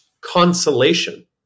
consolation